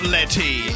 Letty